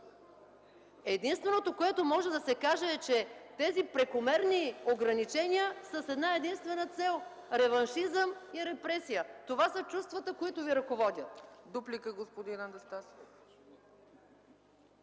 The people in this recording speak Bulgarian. Единственото, което може да се каже, е, че тези прекомерни ограничения са с една-единствена цел – реваншизъм и репресия. Това са чувствата, които ви ръководят. ПРЕДСЕДАТЕЛ